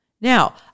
now